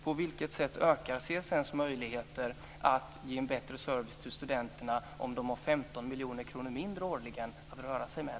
På vilket sätt ökar CSN:s möjligheter att ge en bättre service till studenterna om de har 15 miljoner kronor mindre årligen att röra sig med?